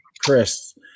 Chris